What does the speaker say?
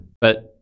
but-